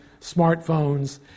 smartphones